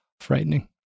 frightening